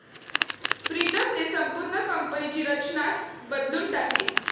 प्रीतमने संपूर्ण कंपनीची रचनाच बदलून टाकली